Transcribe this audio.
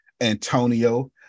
Antonio